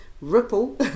ripple